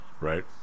Right